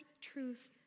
truth